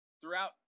Throughout